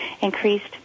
increased